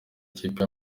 ikipe